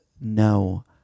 no